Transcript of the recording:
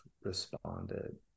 responded